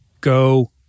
Go